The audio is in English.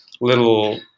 little